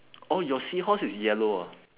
oh your seahorse is yellow ah